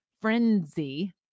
frenzy